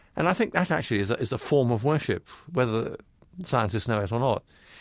and i think that actually is ah is a form of worship, whether the scientists know it or not.